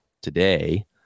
today